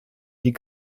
die